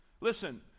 Listen